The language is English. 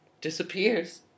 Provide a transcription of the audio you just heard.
disappears